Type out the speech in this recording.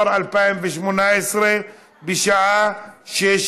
19. הצעת החוק עוברת להמשך חקיקה לוועדת החינוך.